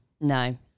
No